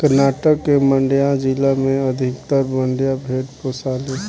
कर्नाटक के मांड्या जिला में ही अधिकतर मंड्या भेड़ पोसाले